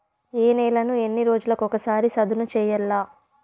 ఏ నేలను ఎన్ని రోజులకొక సారి సదును చేయల్ల?